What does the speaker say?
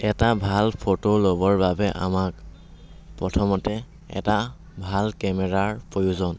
এটা ভাল ফটো ল'বৰ বাবে আমাক প্ৰথমতে এটা ভাল কেমেৰাৰ প্ৰয়োজন